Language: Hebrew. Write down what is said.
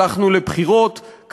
הלכנו לבחירות,